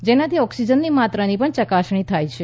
જેનાથી ઓકસિજનની માત્રાની પણ યકાસણી થાય છે